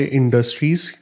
industries